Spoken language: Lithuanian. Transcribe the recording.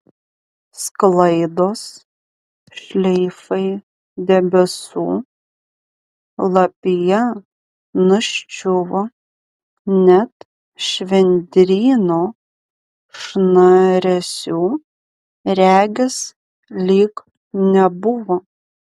sklaidos šleifai debesų lapija nuščiuvo net švendryno šnaresių regis lyg nebuvo